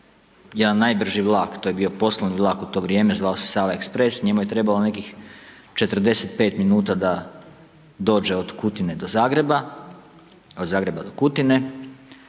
jedan najbrži vlak, to je bio poslovni vlak u to vrijeme, zvao se Sava express, njemu je trebalo nekih 45 min. da dođe od Kutine do Zagreba, od Zagreba do Kutine.